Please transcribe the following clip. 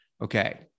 okay